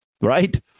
right